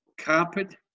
carpet